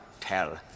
Tell